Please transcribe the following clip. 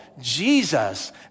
Jesus